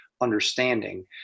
understanding